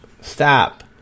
Stop